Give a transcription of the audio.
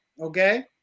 Okay